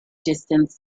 distance